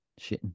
shitting